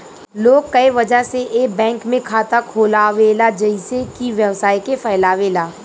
लोग कए वजह से ए बैंक में खाता खोलावेला जइसे कि व्यवसाय के फैलावे ला